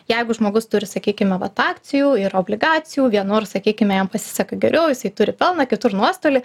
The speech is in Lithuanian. jeigu žmogus turi sakykime vat akcijų ir obligacijų vienur sakykime jam pasiseka geriau jisai turi pelno kitur nuostolį